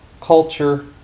culture